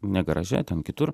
ne graže ten kitur